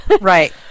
Right